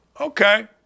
Okay